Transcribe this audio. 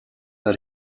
let